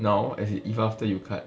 no as in if after you cut